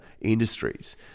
industries